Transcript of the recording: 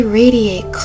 radiate